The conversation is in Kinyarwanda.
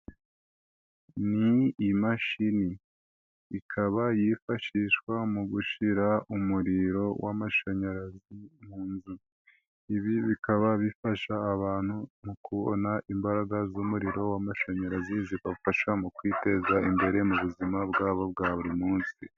Ni imashini ikaba yifashishwa mu gushira umuriro w'amashanyarazi mu nzu, ibi bikaba bifasha abantu mu kubona imbaraga z'umuriro w'amashanyarazi zibafasha mu kwiteza imbere mu buzima bwabo bwa buri munsi.